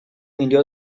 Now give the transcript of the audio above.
milió